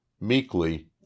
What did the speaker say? Meekly